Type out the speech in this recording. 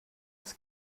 als